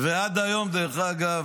ועד היום, דרך אגב,